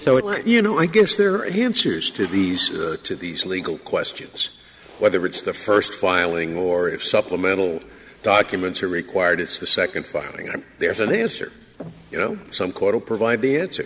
so it's you know i guess they're he answers to these to these legal questions whether it's the first filing or if supplemental documents are required it's the second filing and there's an answer you know some court will provide the answer